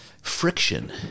Friction